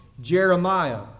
Jeremiah